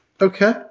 Okay